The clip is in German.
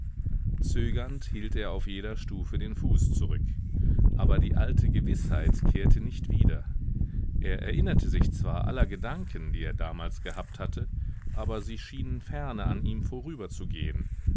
zögernd hielt er auf jeder stufe den fuß zurück aber die alte gewißheit kehrte nicht wieder er erinnerte sich zwar aller gedanken die er damals gehabt hatte aber sie schienen ferne an ihm